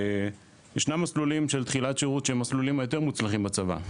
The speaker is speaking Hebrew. ישנם מסלולים של תחילת שירות שהם המסלולים היותר מוצלחים בצבא.